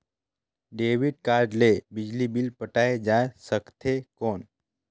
Debit card ले बिजली bill पटाय जा सकथे कौन?